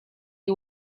you